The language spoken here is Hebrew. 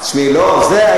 זה עבר.